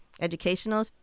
educational